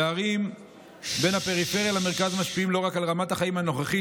הפערים בין הפריפריה למרכז משפיעים לא רק על רמת החיים הנוכחית